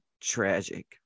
tragic